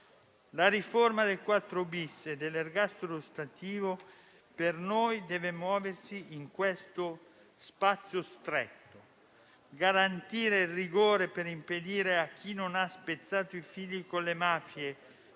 penitenziario e dell'ergastolo ostativo per noi deve muoversi in questo spazio stretto: garantire il rigore per impedire a chi non ha spezzato i fili con le mafie